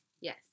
Yes